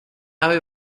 ave